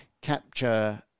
capture